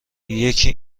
یکی